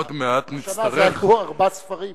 עוד מעט נצטרך, השנה, ארבעה ספרים.